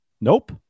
Nope